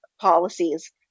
policies